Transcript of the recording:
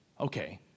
okay